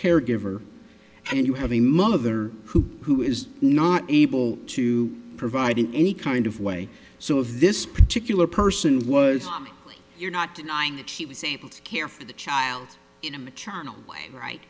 caregiver and you have a mother who who is not able to provide in any kind of way so of this particular person was you're not denying that she was able to care for the child in a maternal way right